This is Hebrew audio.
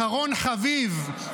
אחרון חביב,